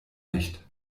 nicht